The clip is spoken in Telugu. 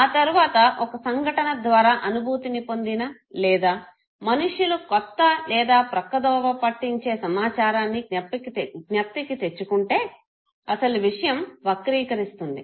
ఆ తరువాత ఒక సంఘటన ద్వారా అనుభూతిని పొందిన లేదా మనుష్యులు కొత్త లేదా ప్రక్కద్రోవ పట్టించే సమాచారాన్ని జ్ఞప్తికి తెచ్చుకుంటే అసలు విషయం వక్రీకరిస్తుంది